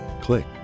click